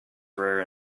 rare